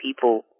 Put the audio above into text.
people